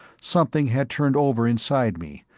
something had turned over inside me,